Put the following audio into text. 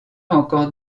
encore